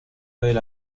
del